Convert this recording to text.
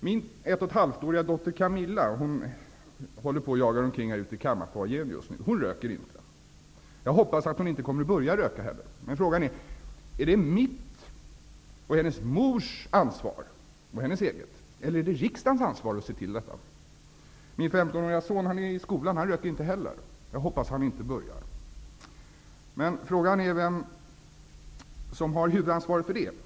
Min ett och ett halvt år gamla dotter Camilla, som just nu far omkring ute i kammarfoajén, röker inte. Jag hoppas att hon inte heller kommer att börja röka. Men frågan är: Är det mitt, hennes mors och hennes eget ansvar, eller är det riksdagens ansvar att tillse detta? Inte heller min 15-årige son, som nu är i skolan, röker, och jag hoppas att han inte skall börja göra det. Men frågan är vem som har huvudansvaret för det?